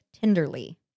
tenderly